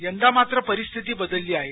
यंदा मात्र परिस्थिती बदलली आहे